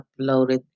uploaded